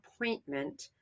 appointment